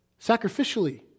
sacrificially